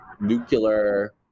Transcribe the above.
nuclear